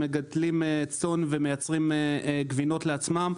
הם מגדלים צאן ומייצרים גבינות לעצמם,